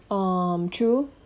um true